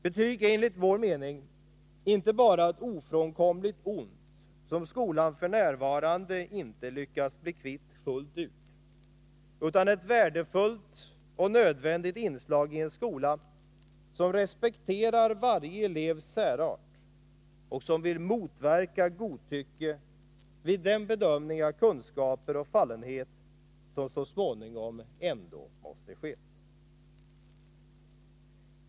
Betyg är enligt vår mening inte bara ett ofrånkomligt ont, som skolan f. n. inte lyckats bli kvitt fullt ut, utan är ett värdefullt och nödvändigt inslag i en skola som respekterar varje elevs särart och som vill motverka godtycke vid den bedömning av kunskaper och fallenhet som så småningom ändå måste ske.